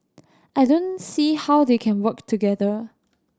I don't see how they can work together